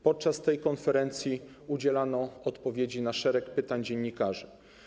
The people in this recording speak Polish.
Podczas tej konferencji udzielano odpowiedzi na wiele pytań dziennikarzy.